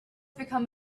become